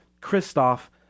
Christoph